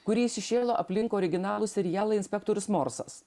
kuri įsišėlo aplink originalų serialą inspektorius morsas